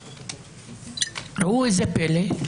וראו איזה פלא,